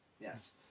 Yes